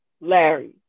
Larry